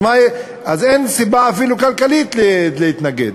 אז אין אפילו סיבה כלכלית להתנגד.